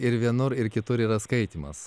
ir vienur ir kitur yra skaitymas